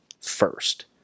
first